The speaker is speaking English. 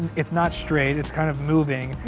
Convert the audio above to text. it's not straight, it's kind of moving,